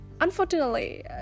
Unfortunately